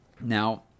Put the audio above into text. Now